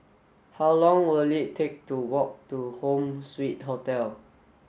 how long will it take to walk to Home Suite Hotel